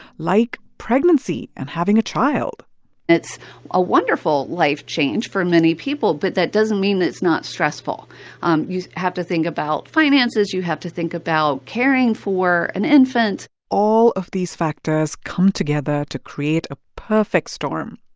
like pregnancy and having a child it's a wonderful life change for many people, but that doesn't mean it's not stressful um you have to think about finances. you have to think about caring for an infant all of these factors come together to create a perfect storm.